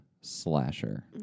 slasher